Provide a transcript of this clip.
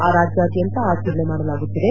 ಆ ರಾಜ್ಯಾದ್ಯಂತ ಆಚರಣೆ ಮಾಡಲಾಗುತ್ತಿದೆ